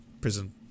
prison